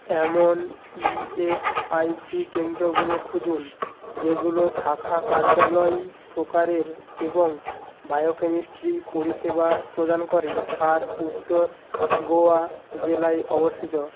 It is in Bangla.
এমন ই এস আই সি কেন্দ্রগুলো খুঁজুন যেগুলো শাখা কার্যালয় প্রকারের এবং বায়োকেমিস্ট্রি পরিষেবা প্রদান করে আর উত্তর গোয়া জেলায় অবস্থিত